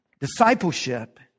discipleship